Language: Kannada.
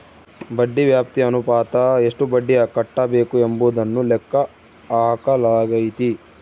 ಬಡ್ಡಿ ವ್ಯಾಪ್ತಿ ಅನುಪಾತ ಎಷ್ಟು ಬಡ್ಡಿ ಕಟ್ಟಬೇಕು ಎಂಬುದನ್ನು ಲೆಕ್ಕ ಹಾಕಲಾಗೈತಿ